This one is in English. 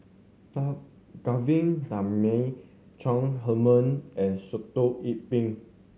Na Govindasamy Chong Heman and Sitoh Yih Pin